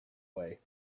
way